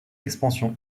expansion